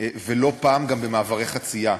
ולא פעם גם במעברי חצייה.